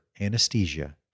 anesthesia